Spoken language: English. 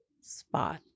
spot